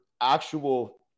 actual